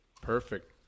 Perfect